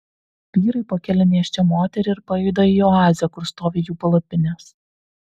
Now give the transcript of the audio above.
vyrai pakelia nėščią moterį ir pajuda į oazę kur stovi jų palapinės